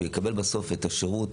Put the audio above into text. שהוא יקבל בסוף את השירות,